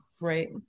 Right